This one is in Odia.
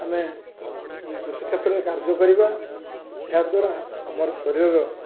ଆମେ କୃଷିକ୍ଷେତ୍ରରେ କାର୍ଯ୍ୟ କରିବା ଏହାଦ୍ୱାରା ଆମର ଶରୀରର